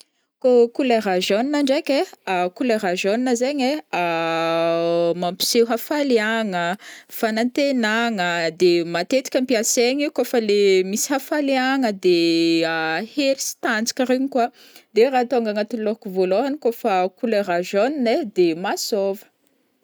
Kô couleur jaune ndraiky ai, couleur jaune zegny ai, mampiseho hafaliagna, fanantenagna de matetiky ampiasaigny kô fa le misy hafaliagna de hery sy tanjaka regny koa, de raha tônga agnaty lôhako vôlôhagny kô fa couleur jaune ai, de masôva.